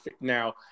now